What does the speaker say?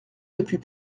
depuis